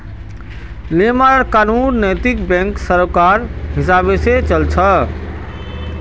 नियम आर कानून नैतिक बैंकत सरकारेर हिसाब से ही चल छ